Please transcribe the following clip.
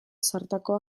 zartakoa